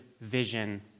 vision